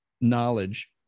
knowledge